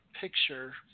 picture